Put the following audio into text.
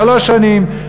שלוש שנים,